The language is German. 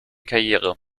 karriere